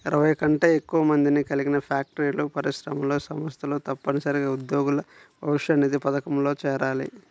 ఇరవై కంటే ఎక్కువ మందిని కలిగిన ఫ్యాక్టరీలు, పరిశ్రమలు, సంస్థలు తప్పనిసరిగా ఉద్యోగుల భవిష్యనిధి పథకంలో చేరాలి